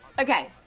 Okay